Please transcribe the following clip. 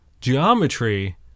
geometry